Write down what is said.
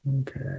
Okay